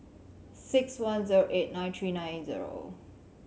six one zero eight nine three nine zero